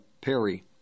Perry